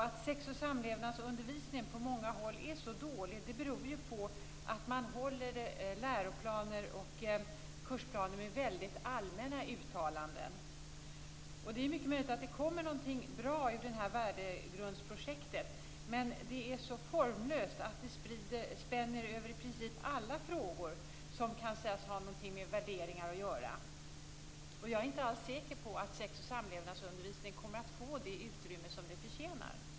Att sex och samlevnadsundervisningen på många håll är så dålig beror ju på att uttalandena i läroplaner och kursplaner är mycket allmänna. Det är mycket möjligt att det kommer någonting bra ur värdegrundsprojektet, men det är så formlöst att det spänner över i princip alla frågor som kan sägas ha någonting med värderingar att göra. Jag är inte alls säker på att sex och samlevnadsundervisningen kommer att få det utrymme som den förtjänar.